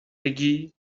بگی